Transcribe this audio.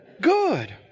good